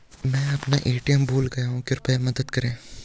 मैं अपना ए.टी.एम भूल गया हूँ, कृपया मदद करें